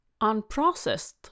unprocessed